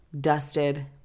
dusted